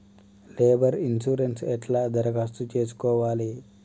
Labour insurance ఎట్ల దరఖాస్తు చేసుకోవాలే?